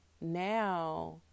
now